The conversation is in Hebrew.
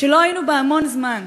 שלא היינו בה המון זמן,